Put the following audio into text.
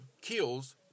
kills